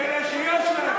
מאלה שיש להם,